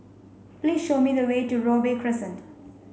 please show me the way to Robey Crescent